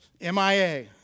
M-I-A